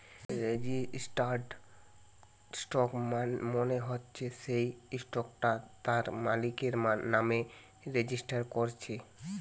registered stock মানে হচ্ছে যেই স্টকটা তার মালিকের নামে রেজিস্টার কোরছে